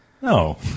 No